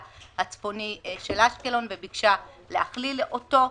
הצפוני של אשקלון וביקשה להכליל אותו,